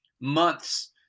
months